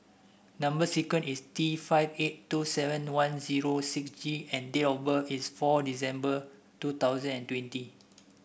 number sequence is T five eight two seven one zero six G and date of birth is fourth December two thousand and twenty